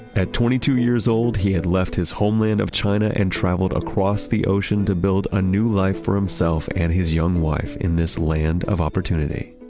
at twenty two years old, he had left his homeland of china and traveled across the ocean to build a new life for himself and his young wife in this land of opportunity